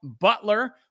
Butler